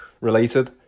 related